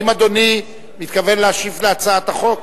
האם אדוני מתכוון להשיב על הצעת החוק?